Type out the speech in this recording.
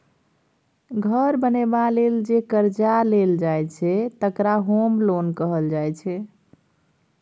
घर बनेबा लेल जे करजा लेल जाइ छै तकरा होम लोन कहल जाइ छै